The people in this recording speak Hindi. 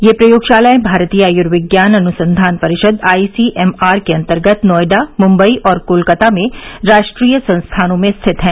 ये प्रयोगशालाएं भारतीय आयुर्विज्ञान अनुसंधान परिषद आईसीएमआर के अंतर्गत नोएडा मुम्बई और कोलकाता में राष्ट्रीय संस्थानों में स्थित हैं